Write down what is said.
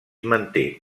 manté